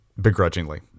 begrudgingly